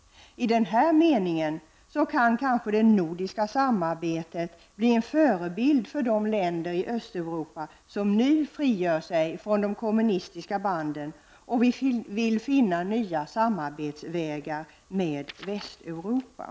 I den här meningen kan kanske det nordiska samarbetet bli en förebild för de länder i Östeuropa som nu frigör sig från de kommunistiska banden och vill finna nya vägar för samarbete med Västeuropa.